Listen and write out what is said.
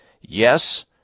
Yes